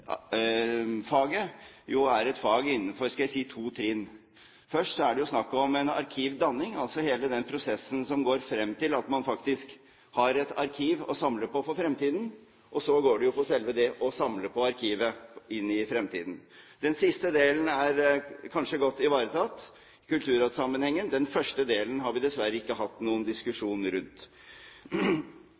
arkivfaget jo er et fag innenfor – hva skal jeg si – to trinn. Først er det snakk om en arkivdanning, altså hele den prosessen som går frem til at man faktisk har et arkiv å samle på for fremtiden. Så går det på selve det å samle på arkivet inn i fremtiden. Den siste delen er kanskje godt ivaretatt. Kulturrådssammenhengen, den første delen, har vi dessverre ikke hatt noen diskusjon rundt.